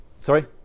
sorry